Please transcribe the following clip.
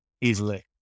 easily